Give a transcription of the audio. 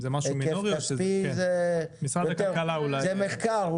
זה אולי מחקר.